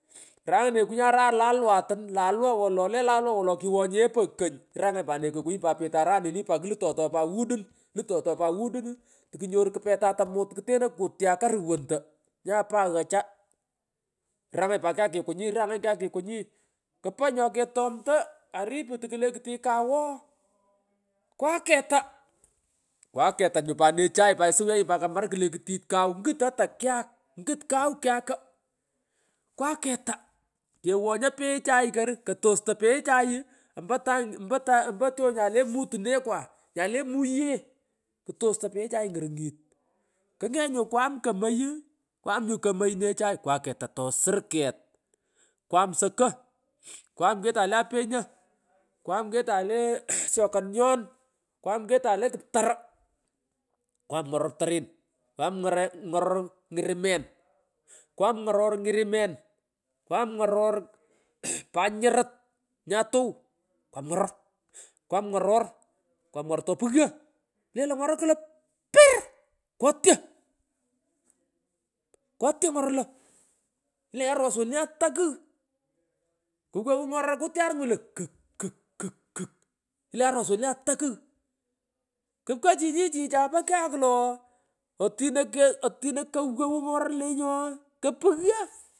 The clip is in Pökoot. Mngh rang nekokunyi ara lalwatan lalwa wolo le lalwa wolo kiwonyegho pagh kong iranganyi pat nenokunyi pat kpetoy aranini pat klutotoy pat wuduri klutoy pat wudun uuh tokunyoru ketata muut tokuteno kutyaka ruwanto nyapa aghacha. Iranganyi pat noga nyi kyakikunyi kyakikenyi ili nyoketomto nyapa aghacha. Iranganyi pat nanga nyi kyakikunyi kyakikenya ili kea nyoketmto karipu takulekutit kaw ooh ngalan pich kwaketa, kwaketa nyu pat nechay isuwenyi pat kamar klektit kaw ngut at kyak ngut kaw kyaku kwakata kwonyo poghechai kor kotostu poghechai ompo tang ompo tang ompo tyonai le, mutunekwa nyale muye kutost poghechai ngorungiti kingee nyu kwam komoy kwam nyu komoy neechai kwaketa tasur keet mmhh kwam soko mgh kwam katay le apenyo kwam ketay lee mhhh asokanion kwam ketey le kuptaru kwam ngaror kpann kamwam ngaro ngirinmen kwam ngaror nglliremen kwam ngarormhh panyanut mua tuw kwam ngaror kwam ng’aror kwam, ngaror topughyo ilenyi klokiir kwotyoikwotyo ngaroro lo ilenyi aros woni ata kughikwera ngaro kutya nguung io kung kuny kuny kung ilenyi ares woni ata kugh kuekochunyi chuchaye po kyak lo ooh otino korgew ngarer lenyino ooh kopughyo pakaloy chole tomonut odeny kwal mlot tomonut mlate anga pakala.